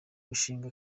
gushinga